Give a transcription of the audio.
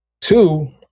Two